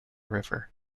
river